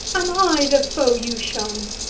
am i the foe you shun?